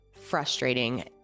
frustrating